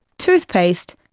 toothpaste,